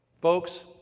Folks